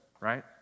right